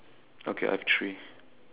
okay I have three